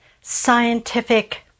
scientific